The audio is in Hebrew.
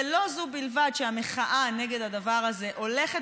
ולא זו בלבד שהמחאה נגד הדבר הזה הולכת